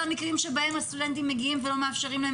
אני חושב שזה לא מתקבל על הדעת; או דבר שני,